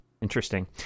Interesting